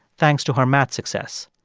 thanks to her math success.